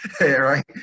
right